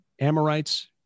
Amorites